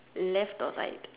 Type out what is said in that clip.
left or right